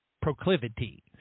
proclivity